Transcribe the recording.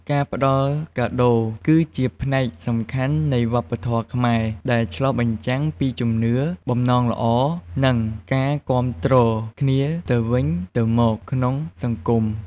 ការផ្តល់កាដូរ គឺជាផ្នែកសំខាន់នៃវប្បធម៌ខ្មែរ ដែលឆ្លុះបញ្ចាំងពីជំនឿ បំណងល្អ និងការគាំទ្រគ្នាទៅវិញទៅមកក្នុងសង្គម។